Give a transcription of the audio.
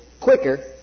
quicker